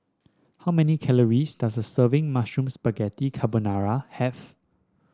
how many calories does a serving Mushroom Spaghetti Carbonara have